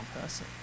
person